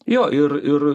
jo ir ir